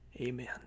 Amen